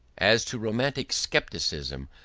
as to romantic scepticism,